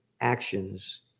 actions